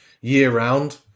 year-round